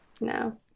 no